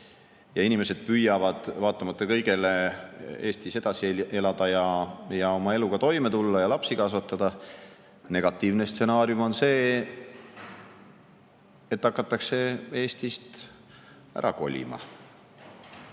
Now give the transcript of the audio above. Inimesed püüavad vaatamata kõigele Eestis edasi elada, eluga toime tulla ja lapsi kasvatada. Negatiivne stsenaarium on see, et hakatakse Eestist ära kolima.